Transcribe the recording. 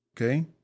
Okay